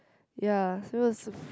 ya so it was